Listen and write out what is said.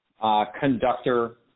conductor